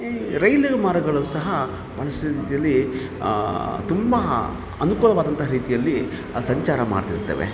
ಈ ರೈಲು ಮಾರ್ಗಗಳು ಸಹ ಭಾಳಷ್ಟು ರೀತಿಯಲ್ಲಿ ತುಂಬ ಅನುಕೂಲವಾದಂತಹ ರೀತಿಯಲ್ಲಿ ಸಂಚಾರ ಮಾಡ್ತಿರುತ್ತವೆ